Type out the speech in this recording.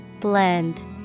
Blend